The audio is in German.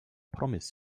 promis